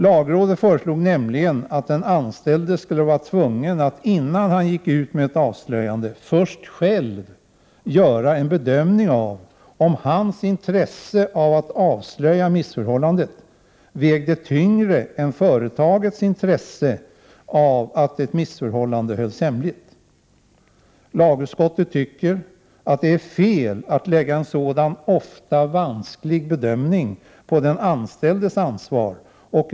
Lagrådet föreslog nämligen, att den anställde innan han gjorde ett avslöjande skulle vara tvungen att själv göra en bedömning av om hans eget intresse av att avslöja missförhållandet vägde tyngre än företagets intresse av att missförhållandet hölls hemligt. Lagutskottet tyckte att det var fel att lägga en sådan ofta vansklig bedömning på den anställdes ansvar.